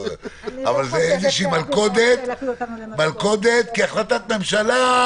אבל זאת איזושהי מלכודת כי החלטת ממשלה,